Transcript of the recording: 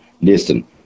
Listen